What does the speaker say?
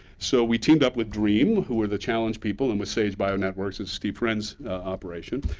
so we teamed up with dream, who were the challenge people, and with sage bionetworks, steve friend's operation,